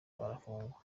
barafungwa